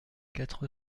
quatre